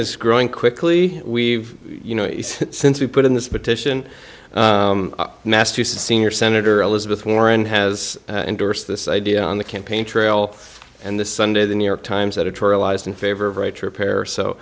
is growing quickly we've you know since we put in this petition massachusetts senior senator elizabeth warren has endorsed this idea on the campaign trail and this sunday the new york times editorialized in favor of right to repair